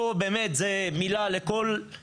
באלה שעומדים ואמורים לספוג את כל הלחץ,